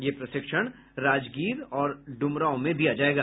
यह प्रशिक्षण राजगीर और डुमरांव में दिया जायेगा